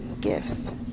gifts